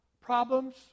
Problems